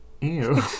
Ew